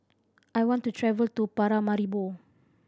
I want to travel to Paramaribo